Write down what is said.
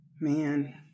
Man